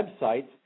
websites